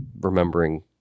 remembering